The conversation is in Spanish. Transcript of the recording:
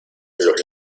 los